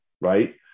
right